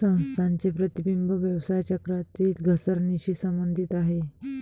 संस्थांचे प्रतिबिंब व्यवसाय चक्रातील घसरणीशी संबंधित आहे